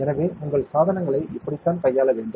எனவே உங்கள் சாதனங்களை இப்படித்தான் கையாள வேண்டும்